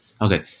Okay